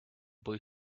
boy